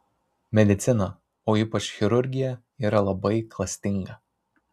medicina o ypač chirurgija yra labai klastinga